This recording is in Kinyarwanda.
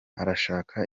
arashaka